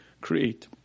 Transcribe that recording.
create